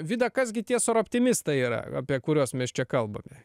vida kas gi tie sor optimistai yra apie kuriuos mes čia kalbame